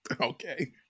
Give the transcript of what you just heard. Okay